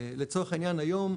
ולצורך העניין היום,